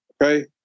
okay